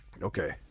Okay